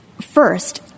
First